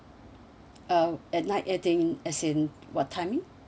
uh at night as in what timing